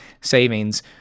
savings